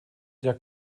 der